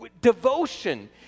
devotion